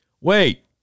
Wait